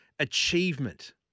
Achievement